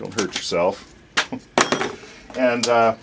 don't hurt yourself and